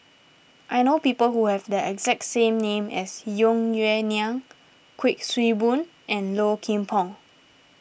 I know people who have the exact name as Tung Yue Nang Kuik Swee Boon and Low Kim Pong